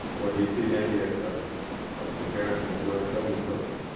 or do you see maybe a comparison with george w bush?